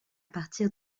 partir